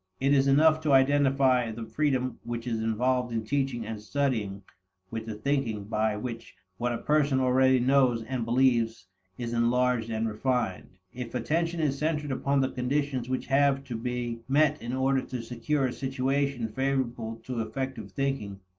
it is enough to identify the freedom which is involved in teaching and studying with the thinking by which what a person already knows and believes is enlarged and refined. if attention is centered upon the conditions which have to be met in order to secure a situation favorable to effective thinking,